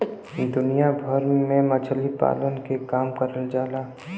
दुनिया भर में मछरी पालन के काम करल जाला